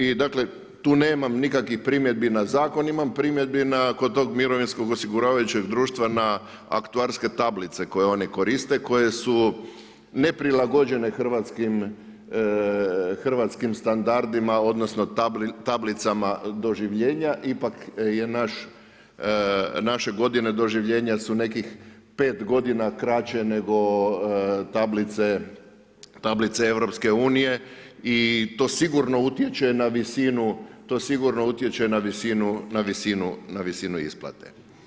I dakle tu nemam nikakvih primjedbi na zakon, imam primjedbi kod tog mirovinskog osiguravajućeg društva na aktuarske tablice koje oni koriste koje su neprilagođene hrvatskim standardima odnosno tablicama doživljenja, ipak je naš, naše godine doživljenja su nekih 5 godina kraće nego tablice EU ili to sigurno utječe na visinu, to sigurno utječe na visinu isplate.